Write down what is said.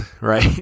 Right